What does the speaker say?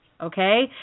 okay